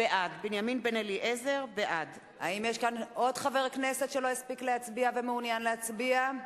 בעד האם יש כאן עוד חבר כנסת שלא הספיק להצביע ומעוניין להצביע?